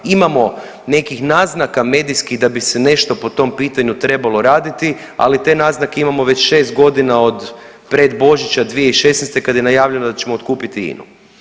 Imamo nekih naznaka medijskih da bi se nešto po tom pitanju trebalo raditi, ali te naznake imamo već šest godina od pred Božića 2016. kada je najavljeno da ćemo otkupiti INA-u.